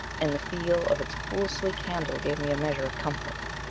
and the feel of its cool sleek handle gave me a measure of comfort.